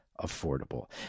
affordable